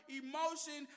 emotion